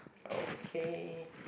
okay